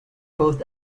both